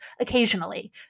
occasionally